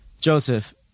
Joseph